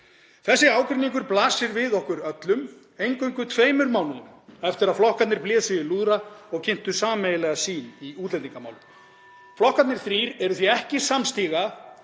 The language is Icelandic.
Þessi ágreiningur blasir við okkur öllum eingöngu tveimur mánuðum eftir að flokkarnir blésu í lúðra og kynntu sameiginlega sýn í útlendingamálum. (Forseti hringir.) Flokkarnir þrír eru því ekki samstiga